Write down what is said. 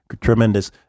Tremendous